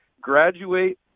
graduate